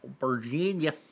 Virginia